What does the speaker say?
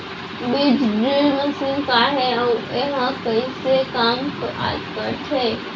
बीज drill machine का हे अऊ एहा कइसे काम करथे?